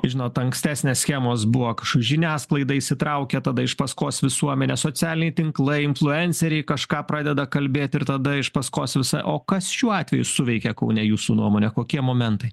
žinot ankstesnės schemos buvo kažkur žiniasklaida įsitraukia tada iš paskos visuomenė socialiniai tinklai influenceriai kažką pradeda kalbėti ir tada iš paskos visa o kas šiuo atveju suveikė kaune jūsų nuomone kokie momentai